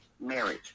marriage